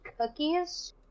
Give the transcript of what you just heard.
cookies